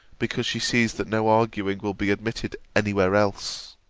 because she sees that no arguing will be admitted any where else!